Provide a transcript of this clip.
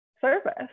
service